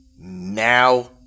now